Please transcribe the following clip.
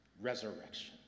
Resurrection